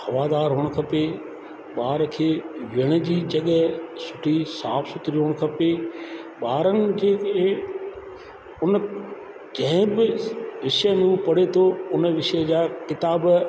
हवादार हुअणु खपे ॿार खे वेहण जी जॻहि सुठी साफ़ु सुथिरी हुअणु खपे ॿारनि खे बि उन जंहिं बि विषय में हो पढ़े थो उन विषय जा किताब